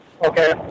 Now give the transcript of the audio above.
Okay